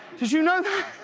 did you know that?